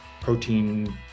protein